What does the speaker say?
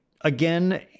again